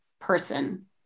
person